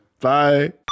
bye